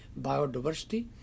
biodiversity